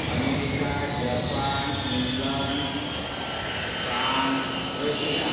America Japan England France Russia